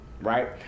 right